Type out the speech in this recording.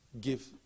give